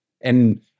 And-